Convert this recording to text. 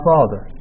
Father